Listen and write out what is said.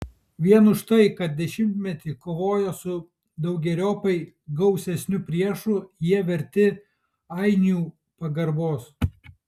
vien už tai kad dešimtmetį kovojo su daugeriopai gausesniu priešu jie verti ainių pagarbos